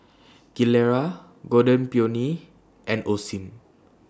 Gilera Golden Peony and Osim